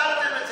פסלתם את זה.